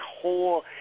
whole